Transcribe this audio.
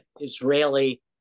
Israeli